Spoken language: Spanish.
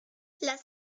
las